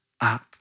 up